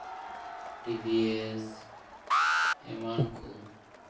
T B S ᱮᱢᱟᱱ ᱠᱚ